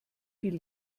viel